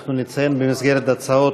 אנחנו נציין במסגרת הצעות